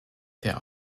der